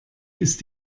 ist